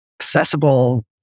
accessible